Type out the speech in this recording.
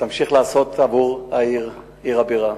תמשיך לעשות עבור העיר, עיר הבירה.